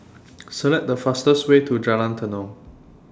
Select The fastest Way to Jalan Tenon